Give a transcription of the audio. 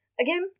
Again